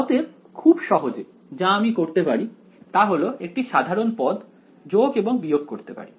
অতএব খুব সহজে যা আমি করতে পারি তা হল একটি সাধারণ পদ যোগ এবং বিয়োগ করতে পারি